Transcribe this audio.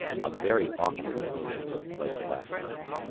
a very awkward incident took place last night.